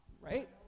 Right